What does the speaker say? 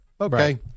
Okay